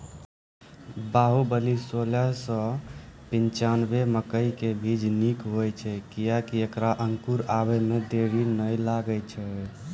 बाहुबली सोलह सौ पिच्छान्यबे मकई के बीज निक होई छै किये की ऐकरा अंकुर आबै मे देरी नैय लागै छै?